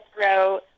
wrote